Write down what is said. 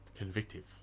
Convictive